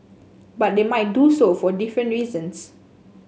but they might do so for different reasons